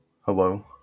hello